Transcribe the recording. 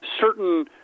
certain